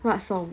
what song